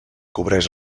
cobreix